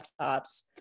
laptops